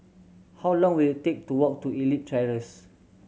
how long will it take to walk to Elite Terrace